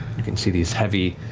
you can see these heavy,